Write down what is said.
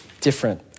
different